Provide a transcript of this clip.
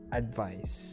advice